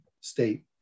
state